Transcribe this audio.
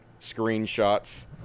screenshots